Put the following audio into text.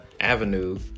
avenue